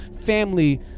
family